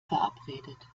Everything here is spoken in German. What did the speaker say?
verabredet